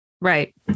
Right